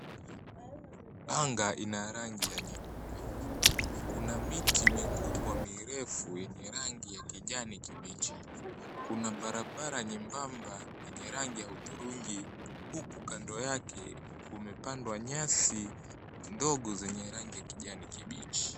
Anga inarangi ya nyeupe kuna miti mikubwa mirefu yenye rangi ya kijani kibichi kuna barabara nyembamba yenye rangi ya hudhurungi huku kando yake kumepandwa nyasi ndogo zenye rangi ya kijani kibichi.